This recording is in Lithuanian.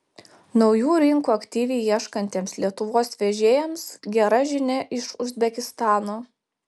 naujų rinkų aktyviai ieškantiems lietuvos vežėjams gera žinia iš uzbekistano